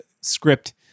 script